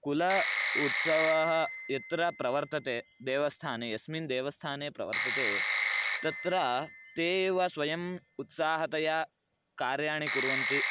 कुल उत्सवः यत्र प्रवर्तते देवस्थाने यस्मिन् देवस्थाने प्रवर्तते तत्र ते एव स्वयम् उत्साहतया कार्याणि कुर्वन्ति